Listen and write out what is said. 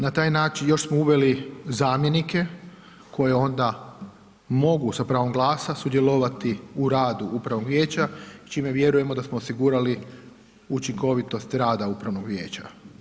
Na taj način, još smo uveli zamjenike, koje onda mogu sa pravom glasa sudjelovati u radu upravnog vijeća, čime vjerujemo da smo osigurali učinkovitost rada upravnog vijeća.